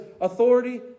authority